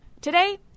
Today